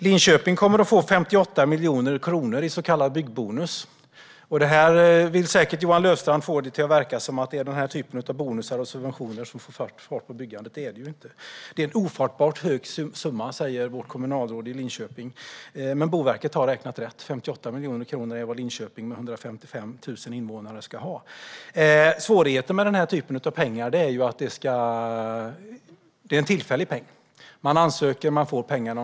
Linköping kommer att få 58 miljoner kronor i så kallad byggbonus. Johan Löfstrand vill säkert få det till att verka som att det är den typen av bonusar och subventioner som har fått fart på byggandet. Det är det inte. Det är en ofattbart hög summa, säger vårt kommunalråd i Linköping. Men Boverket har räknat rätt. 58 miljoner kronor är vad Linköping, med 155 000 invånare, ska ha. Svårigheten med den typen av pengar är att de är tillfälliga. Man ansöker och får pengarna.